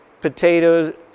potatoes